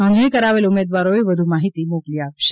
નોંધણી કરાવેલા ઉમેદવારોએ વધુ માહીતી મોકલી અપાશે